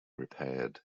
repaired